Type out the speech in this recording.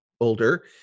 older